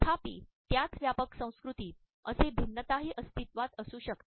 तथापि त्याच व्यापक संस्कृतीत असे भिन्नताही अस्तित्वात असू शकते